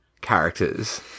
characters